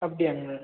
அப்படியாங்க